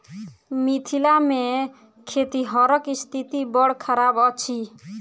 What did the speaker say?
मिथिला मे खेतिहरक स्थिति बड़ खराब अछि